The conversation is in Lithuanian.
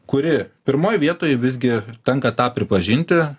kuri pirmoj vietoj visgi tenka tą pripažinti